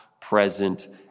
present